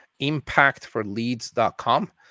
impactforleads.com